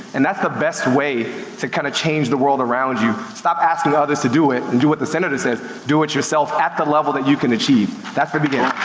and that's the best way to kinda kind of change the world around you. stop asking others to do it, and do what the senator said, do it yourself at the level that you can achieve. that's the beginning.